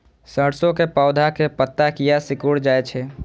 सरसों के पौधा के पत्ता किया सिकुड़ जाय छे?